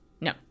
no